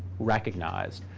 recognized.